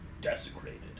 desecrated